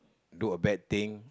do a bad thing